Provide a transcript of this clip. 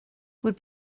would